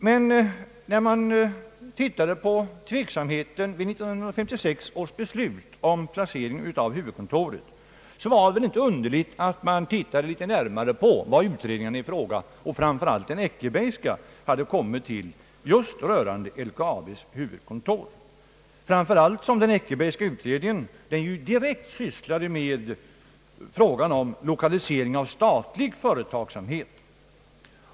Med kännedom om tveksamheten vid 1956 års beslut om placering av LKAB:s huvudkontor var det väl inte underligt att man tittade litet närmare på vad utredningarna — framför allt den Eckerbergska — kommit till just beträffande den saken; den Eckerbergska utredningen sysslade ju direkt med frågan om statlig verksamhet.